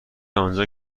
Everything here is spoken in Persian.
آنجا